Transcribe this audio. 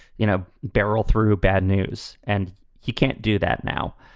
you know, barrel through bad news. and he can't do that now.